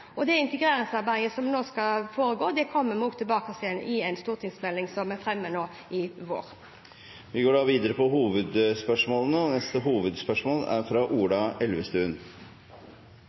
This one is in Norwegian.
Det integreringsarbeidet som nå skal foregå, kommer vi også tilbake til i en stortingsmelding som vi fremmer til våren. Vi går videre til neste hovedspørsmål.